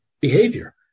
behavior